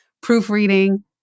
Proofreading